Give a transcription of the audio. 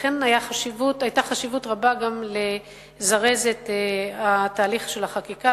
לכן היתה חשיבות רבה גם לזרז את תהליך החקיקה,